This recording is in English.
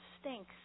stinks